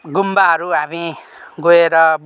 गुम्बाहरू हामी गएर